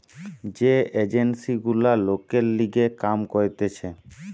যে এজেন্সি গুলা লোকের লিগে কাম করতিছে